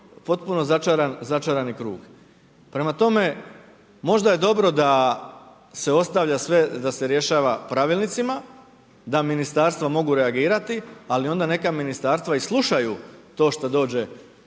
potpuno začarani krug. Prema tome, možda je dobro da se ostavlja sve, da se rješava pravilnicima, da ministarstva mogu reagirati ali onda neka ministarstva neka i slušaju to što dođe,